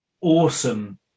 awesome